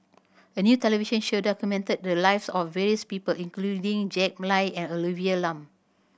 a new television show documented the lives of various people including Jack Lai and Olivia Lum